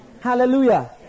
Hallelujah